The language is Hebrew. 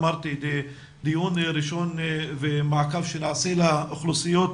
אמרתי, דיון ראשון ומעקב שנעשה לאוכלוסיות